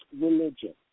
religion